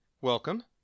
welcome